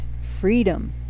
freedom